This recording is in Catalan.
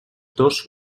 dos